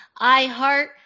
iHeart